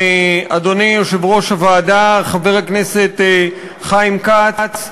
אדוני יושב-ראש הוועדה חבר הכנסת חיים כץ,